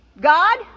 God